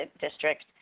district